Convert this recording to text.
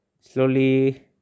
slowly